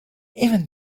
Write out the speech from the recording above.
even